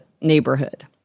neighborhood